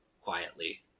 quietly